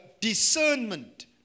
discernment